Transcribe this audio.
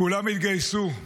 כולם התגייסו.